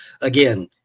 again